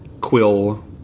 Quill